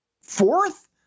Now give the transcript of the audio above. Fourth